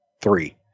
three